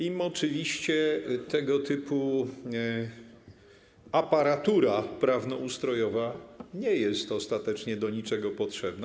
Im oczywiście tego typu aparatura prawnoustrojowa nie jest ostatecznie do niczego potrzebna.